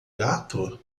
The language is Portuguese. gato